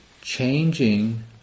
changing